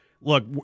Look